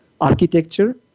architecture